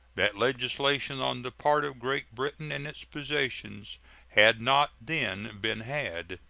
that legislation on the part of great britain and its possessions had not then been had.